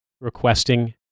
requesting